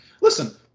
Listen